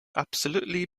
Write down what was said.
absolutely